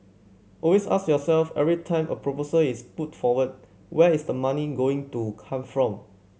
always ask yourself every time a proposal is put forward where is the money going to come from